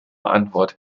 antwort